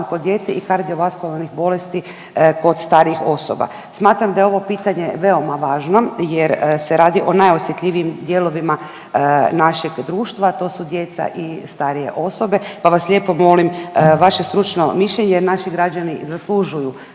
kod djece i kardiovaskularnih bolesti kod starijih osoba. Smatram da je ovo pitanje veoma važno, jer se radi o najosjetljivijim dijelovima našeg društva, a to su djeca i starije osobe, pa vas lijepo molim vaše stručno mišljenje jer naši građani zaslužuju